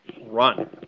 Run